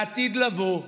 לעתיד לבוא,